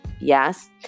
Yes